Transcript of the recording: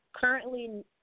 Currently